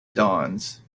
dons